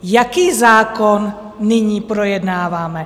Jaký zákon nyní projednáváme?